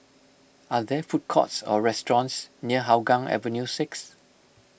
are there food courts or restaurants near Hougang Avenue six